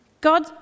God